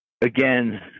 again